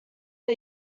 are